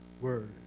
Word